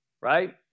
Right